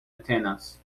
antennas